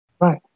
Right